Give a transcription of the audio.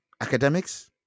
Academics